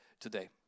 today